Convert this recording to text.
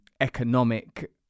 economic